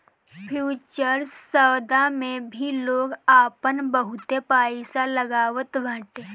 futures सौदा मे भी लोग आपन बहुते पईसा लगावत बाटे